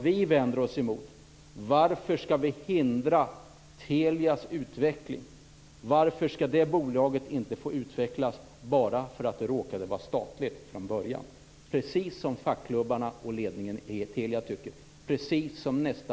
Så tycker vi, precis som fackklubbarna och ledningen i Telia, precis som nästan alla regeringar i Europa.